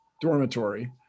dormitory